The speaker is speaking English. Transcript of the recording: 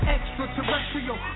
Extraterrestrial